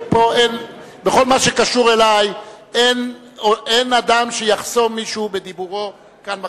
בכל מה שקשור אלי אין אדם שיחסום מישהו בדיבורו כאן בכנסת.